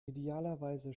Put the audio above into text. idealerweise